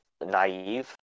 naive